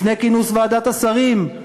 לפני כינוס ועדת השרים.